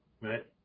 right